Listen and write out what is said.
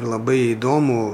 ir labai įdomu